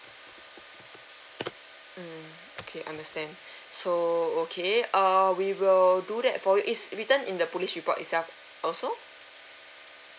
mm okay understand so okay err we will do that for you is written in the police report itself also